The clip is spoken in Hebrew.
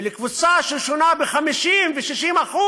ולקבוצה ששונה ב-50% ו-60%